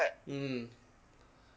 mm